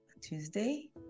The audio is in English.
tuesday